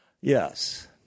Yes